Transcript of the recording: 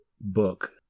book